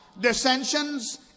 dissensions